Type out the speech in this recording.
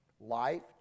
Life